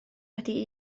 wedi